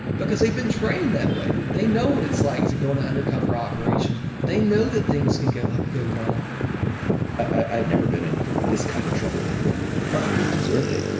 because they've been trained that way. they know what it's like to go into undercover operation. they know that things can go go wrong i had never been in this kind of trouble before. probably deserved it.